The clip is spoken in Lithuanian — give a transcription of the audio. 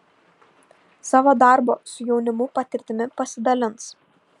savo darbo su jaunimu patirtimi pasidalins